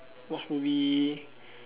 watch movie